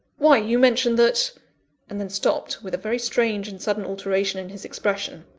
why you mentioned that and then stopped, with a very strange and sudden alteration in his expression.